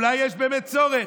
אולי יש באמת צורך.